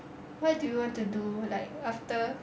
what do you want to do like after